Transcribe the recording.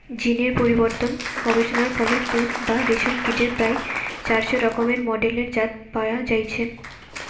জীন এর পরিবর্তন গবেষণার ফলে তুত বা রেশম কীটের প্রায় চারশ রকমের মেডেলের জাত পয়া যাইছে